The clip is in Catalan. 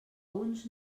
uns